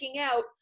out